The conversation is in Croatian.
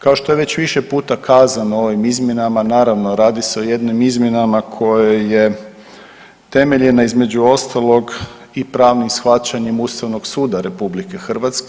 Kao što je već više puta kazano ovim izmjenama naravno radi se o jednim izmjenama koja je temeljena između ostalog i pravnim shvaćanjem Ustavnog suda RH.